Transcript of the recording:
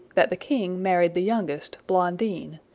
that the king married the youngest, blondine,